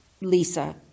Lisa